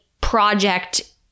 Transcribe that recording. project